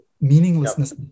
meaninglessness